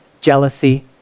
jealousy